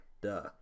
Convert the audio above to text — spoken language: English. Duh